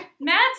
Matt